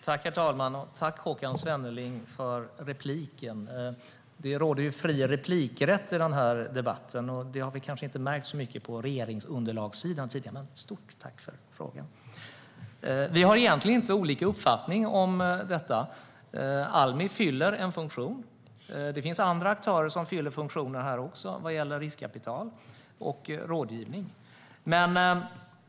Herr talman! Tack, Håkan Svenneling, för repliken! Det råder fri replikrätt i den här debatten, men det har vi tidigare inte märkt så mycket av vad gäller regeringsunderlaget, så ett stort tack för frågan! Vi har egentligen inte olika uppfattningar här. Almi fyller en funktion. Det finns också andra aktörer som fyller en funktion vad gäller riskkapital och rådgivning.